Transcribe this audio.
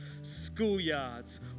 schoolyards